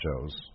shows